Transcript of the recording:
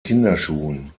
kinderschuhen